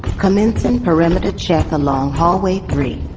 commencing perimeter check along hallway three.